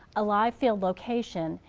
a live-field location,